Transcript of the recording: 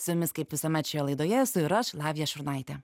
su jumis kaip visuomet šioje laidoje esu ir aš lavija šurnaitė